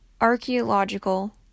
archaeological